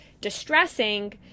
distressing